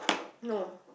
no